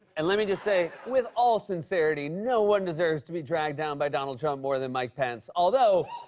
and let me just say, with all sincerity, no one deserves to be dragged down by donald trump more than mike pence. although,